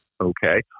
okay